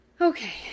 okay